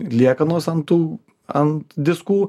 liekanos ant tų ant diskų